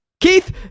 keith